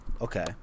okay